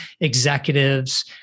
executives